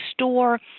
store